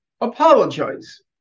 apologize